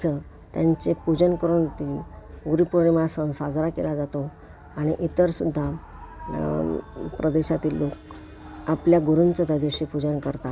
मुख्य त्यांचे पूजन करून ते गुरूपौर्णिमा सण साजरा केला जातो आणि इतर सुद्धा प्रदेशातील लोक आपल्या गुरुंचं त्या दिवशी पूजन करतात